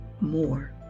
more